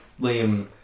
Liam